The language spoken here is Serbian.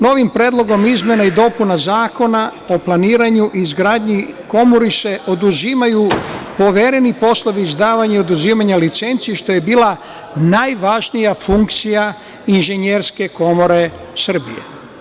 Novim Predlogom izmena i dopuna Zakona o planiranju izgradnji Komori se oduzimaju povereni poslovi izdavanja i oduzimanja licenci, što je bila najvažnija funkcija Inženjerske komore Srbije.